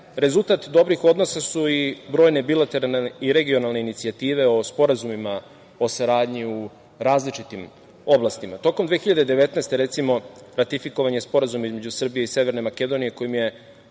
saradnju. Rezultat dobrih odnosa su i brojne bilateralne i regionalne inicijative o sporazumima o saradnji u različitim oblastima. Tokom 2019. godine, recimo, ratifikovan je Sporazum između Srbije i Severne Makedonije kojim se